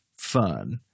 fun